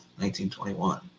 1921